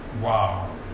Wow